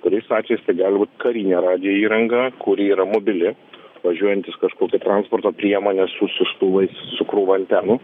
kuriais atvejais tai gali būt karinė radijo įranga kuri yra mobili važiuojantys kažkur tai transporto priemonės su siųstuvais su krūva antenų